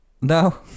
No